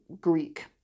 Greek